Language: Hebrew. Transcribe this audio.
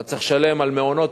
אתה צריך לשלם על מעונות-יום,